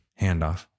handoff